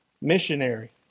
missionary